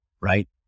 right